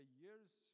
year's